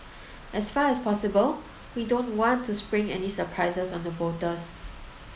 as far as possible we don't want to spring any surprises on the voters